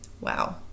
wow